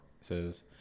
says